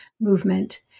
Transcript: movement